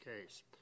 case